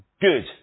good